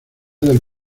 del